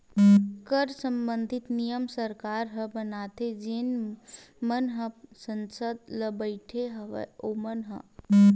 कर संबंधित नियम सरकार ह बनाथे जेन मन ह संसद म बइठे हवय ओमन ह